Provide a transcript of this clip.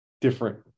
different